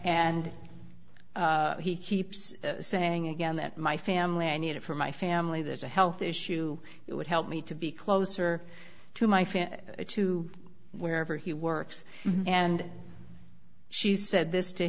and he keeps saying again that my family i need it for my family there's a health issue it would help me to be closer to my family to wherever he works and she said this to